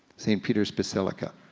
st. peter's basilica.